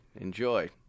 enjoy